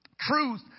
Truth